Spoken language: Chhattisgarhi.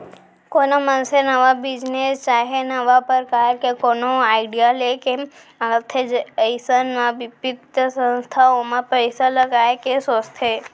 कोनो मनसे नवा बिजनेस चाहे नवा परकार के कोनो आडिया लेके आथे अइसन म बित्तीय संस्था ओमा पइसा लगाय के सोचथे